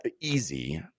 easy